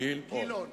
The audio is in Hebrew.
גילאון.